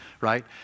right